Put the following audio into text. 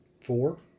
Four